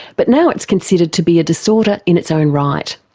but now it's considered to be a disorder in its own right.